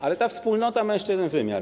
Ale ta wspólnota ma jeszcze jeden wymiar.